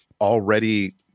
already